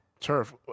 turf